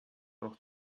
noch